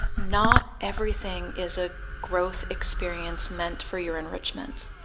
not everything is a growth experience meant for your enrichment.